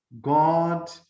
God